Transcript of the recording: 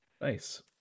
nice